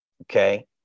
okay